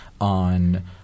on